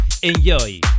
Enjoy